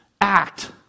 act